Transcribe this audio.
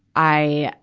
i,